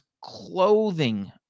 clothing